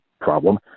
problem